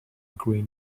green